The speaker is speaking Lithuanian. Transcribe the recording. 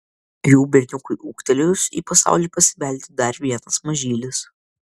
jų berniukui ūgtelėjus į pasaulį pasibeldė dar vienas mažylis